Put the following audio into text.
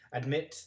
admit